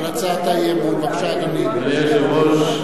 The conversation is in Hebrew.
אדוני היושב-ראש,